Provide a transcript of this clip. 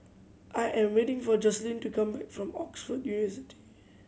I am waiting for Joselin to come back from Oxford